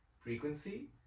frequency